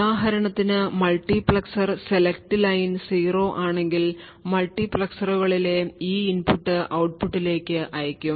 ഉദാഹരണത്തിന് multiplexer select line 0 ആണെങ്കിൽ മൾട്ടിപ്ലക്സറുകളിലെ ഈ ഇൻപുട്ട് ഔട്ട്പുട്ടിലേക്ക് അയയ്ക്കും